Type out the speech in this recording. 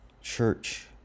Church